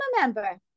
member